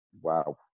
wow